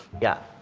yeah.